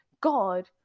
God